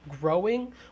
growing